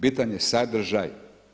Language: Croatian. Bitan je sadržaj.